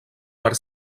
per